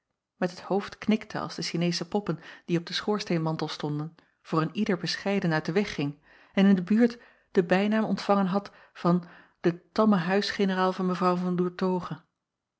met het hoofd knikte als de ineesche poppen die op den schoorsteenmantel stonden voor een ieder bescheiden uit den weg ging en in de buurt den bijnaam ontvangen had van de tamme huisgeneraal van w an